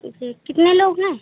ठीक है कितने लोग हैं